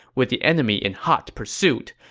with the enemy in hot pursuit,